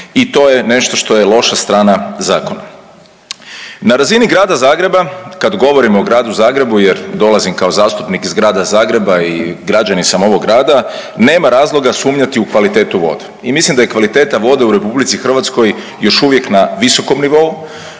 i to je nešto što je loša strana zakona. Na razini Grada Zagreba, kad govorimo o gradu Zagrebu jer dolazim kao zastupnik iz grada Zagreba i građanin sam ovog grada, nema razloga sumnjati u kvalitetu vode i mislim da je kvaliteta vode u RH još uvijek na visokom nivou,